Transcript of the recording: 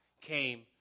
came